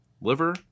liver